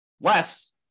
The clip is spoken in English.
less